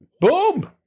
Boom